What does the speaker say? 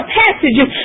passages